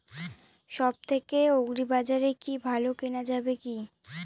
সব থেকে আগ্রিবাজারে কি ভালো কেনা যাবে কি?